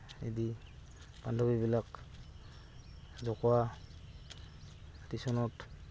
এইদি বান্ধৱীবিলাক জোকোৱা টিউশ্যনত